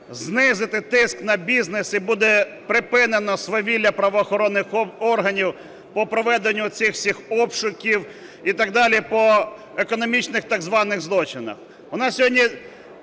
знизите тиск на бізнес, і буде припинено свавілля правоохоронних органів по проведенню цих всіх обшуків і так далі, по економічних так званих злочинах. У нас сьогодні